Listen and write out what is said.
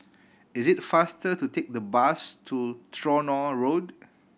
it is faster to take the bus to Tronoh Road